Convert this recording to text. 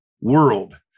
world